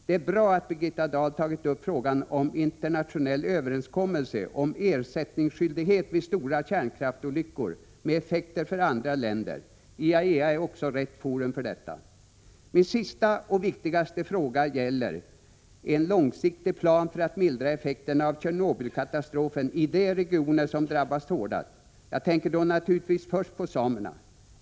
Det är bra att Birgitta Dahl tagit upp frågan om en internationell överenskommelse om ersättningsskyldighet vid stora kärnkraftsolyckor med effekter för andra länder. IAEA är också rätt forum för detta. Min sista och viktigaste fråga gäller en långsiktig plan för att mildra effekterna av Tjernobylkatastrofen i de regioner som drabbats hårdast. Jag tänker då naturligtvis först på samerna.